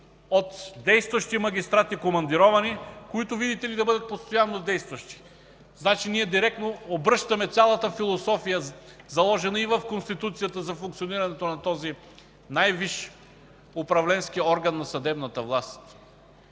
действащи магистрати, които, видите ли, да бъдат постоянно действащи. Значи ние директно обръщаме цялата философия, заложена и в Конституцията за функционирането на този най-висш управленски орган на съдебната власт